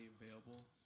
available